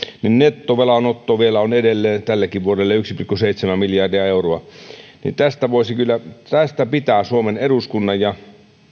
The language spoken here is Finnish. nettovelanotto vielä on edelleen tällekin vuodelle yksi pilkku seitsemän miljardia euroa tästä pitää suomen eduskunnan ja